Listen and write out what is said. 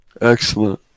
Excellent